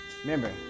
Remember